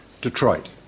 Detroit